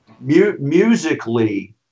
musically